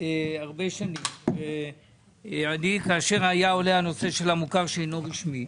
הרבה שנים וכאשר היה עולה הנושא של המוכר שאינו רשמי,